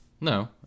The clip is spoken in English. No